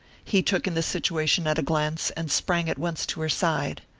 he took in the situation at a glance and sprang at once to her side.